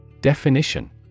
Definition